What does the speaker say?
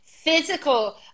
physical